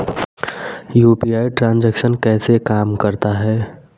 UPI transaction कैसे काम करता है?